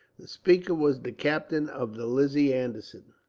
the speaker was the captain of the lizzie anderson,